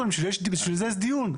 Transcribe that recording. בשביל זה יש את הדיון.